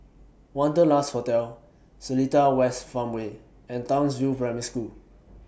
Wanderlust Hotel Seletar West Farmway and Townsville Primary School